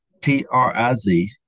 T-R-I-Z